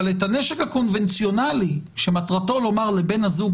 אבל את הנשק הקונבנציונלי שמטרתו לומר לבן הזוג